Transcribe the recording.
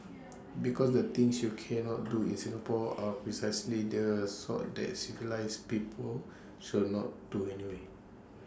because the things you cannot do in Singapore are precisely the sort that civilised people should not do anyway